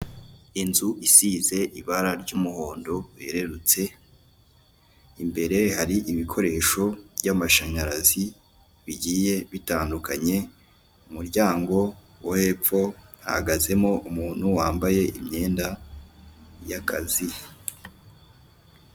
Umuhanda urimo imodoka y'ubururu itwaye amabati hari umuntu uri kuri yo modoka itwaye ibati hari moto itwaye umugenzi ndetse kuruhande rwe hepfo har' umusore ufite ikote ku rutugu ndetse hari nundi mugenzi uri kugenda muruhande rumwe n'imodoka inyuma ye hari igare hepfo hari ahantu bubatse hameze nk'ahantu bari kubaka hari ibiti by'icyatsi.